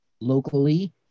locally